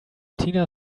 tina